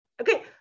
Okay